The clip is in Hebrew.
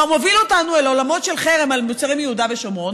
מוביל אותנו אל עולמות של חרם על מוצרים מיהודה ושומרון.